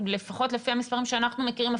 לפחות לפי המספרים שאנחנו מכירים,